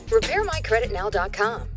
RepairMyCreditNow.com